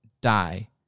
Die